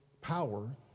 power